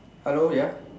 hello ya